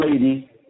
lady